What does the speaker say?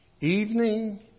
Evening